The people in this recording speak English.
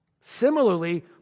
Similarly